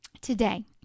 Today